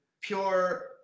pure